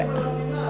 ככה,